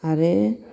आरो